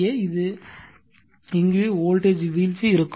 ஏ எனவே இங்கு வோல்டேஜ் வீழ்ச்சி இருக்கும்